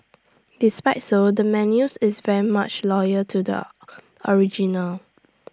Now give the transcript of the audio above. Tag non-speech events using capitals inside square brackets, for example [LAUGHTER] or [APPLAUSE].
[NOISE] despite so the menus is very much loyal to the [NOISE] original